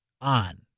on